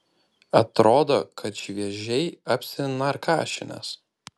atrodo kad šviežiai apsinarkašinęs